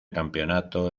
campeonato